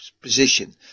position